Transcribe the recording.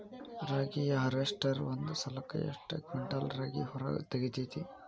ರಾಗಿಯ ಹಾರ್ವೇಸ್ಟರ್ ಒಂದ್ ಸಲಕ್ಕ ಎಷ್ಟ್ ಕ್ವಿಂಟಾಲ್ ರಾಗಿ ಹೊರ ತೆಗಿತೈತಿ?